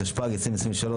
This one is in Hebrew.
התשפ"ג-2023,